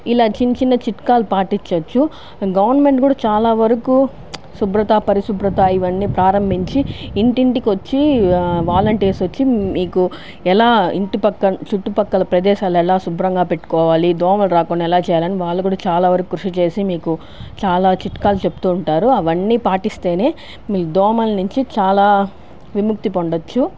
ఇలా చిన్న చిన్న చిట్కాలు పాటించవచ్చు గవర్నమెంట్ కూడా చాలా వరకూ శుభ్రత పరిశుభ్రత ఇవన్నీ ప్రారంభించి ఇంటింటికి వచ్చి వాలెంటీర్స్ వచ్చి మీకు ఎలా ఇంటిపక్కన చుట్టుపక్కల ప్రదేశాలు ఎలా శుభ్రంగా పెట్టుకోవాలి దోమలు రాకుండా ఎలా చేయాలని వాళ్ళు కూడా చాలా వరకూ కృషి చేసి మీకు చాలా చిట్కాలు చెప్తూ ఉంటారు అవన్నీ పాటిస్తేనే మీ దోమల నుంచి చాలా విముక్తి పొందచ్చు